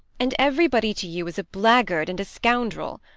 and everybody to you is a blackguard and a scoundrel.